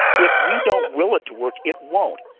if we don't will it to work, it won't.